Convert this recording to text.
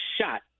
shot